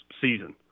season